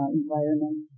environment